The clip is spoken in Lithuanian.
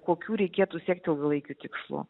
kokių reikėtų siekt ilgalaikių tikslų